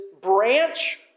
branch